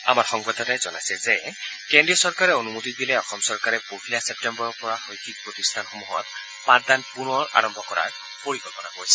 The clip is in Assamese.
আমাৰ সংবাদদাতাই জনাইছে যে কেন্দ্ৰীয় চৰকাৰে অনুমতি দিলে অসম চৰকাৰে পহিলা ছেপ্তেম্বৰৰ পৰা শৈক্ষিক প্ৰতিষ্ঠানসমূহত পাঠদান পুনৰ আৰম্ভ কৰাৰ পৰিকল্পনা কৰিছে